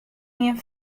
ien